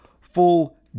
full